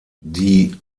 die